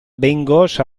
behingoz